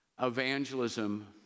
evangelism